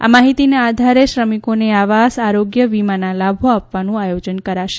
આ માહિતીના આધારે શ્રમિકોને આવાસ આરોગ્ય વીમાના લાભો આપવાનું આયોજન કરાશે